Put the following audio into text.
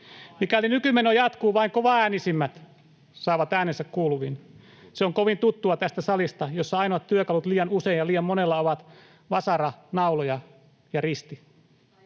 Mikäli nykymeno jatkuu, vain kovaäänisimmät saavat äänensä kuuluviin. Se on kovin tuttua tästä salista, jossa ainoat työkalut liian usein ja liian monella ovat vasara, nauloja ja risti.